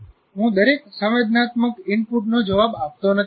હું દરેક સંવેદનાત્મક ઇનપુટનો જવાબ આપતો નથી